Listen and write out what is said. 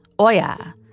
Oya